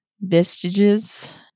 vestiges